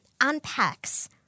unpacks